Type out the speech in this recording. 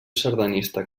sardanista